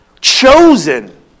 Chosen